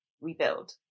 rebuild